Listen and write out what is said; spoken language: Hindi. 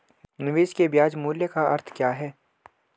निवेश के ब्याज मूल्य का अर्थ क्या है?